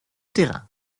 terrain